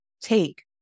take